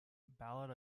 ballad